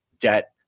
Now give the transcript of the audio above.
debt